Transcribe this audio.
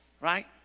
right